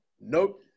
Nope